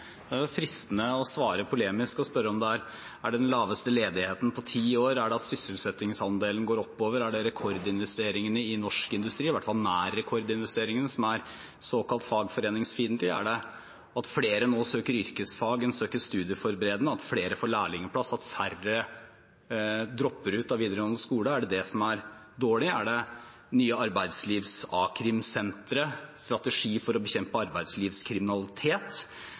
fristende å svare polemisk og spørre: Er det den laveste ledigheten på ti år, er det det at sysselsettingsandelen går oppover, er det rekordinvesteringene i norsk industri – i hvert fall nær rekordinvesteringene – som er såkalt fagforeningsfiendtlige? Er det at flere nå søker yrkesfag enn søker studieforberedende, at flere får lærlingplass, og at færre dropper ut av videregående skole, som er dårlig? Er det nye a-krimsentre, strategien for å bekjempe